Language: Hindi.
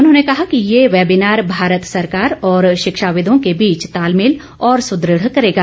उन्होंने कहा कि ये वैबीनार भारत सरकार और शिक्षाविदों के बीच तालमेल और सुदृढ़ करेगा